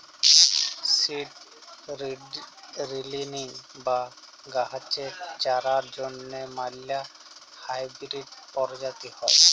seed drilling বা গাহাচের চারার জ্যনহে ম্যালা হাইবিরিড পরজাতি হ্যয়